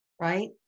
Right